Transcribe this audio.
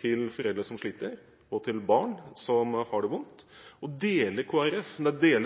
til foreldre som sliter, og til barn som har det vondt. Deler